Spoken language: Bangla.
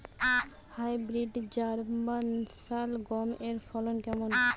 হাইব্রিড জার্মান শালগম এর ফলন কেমন?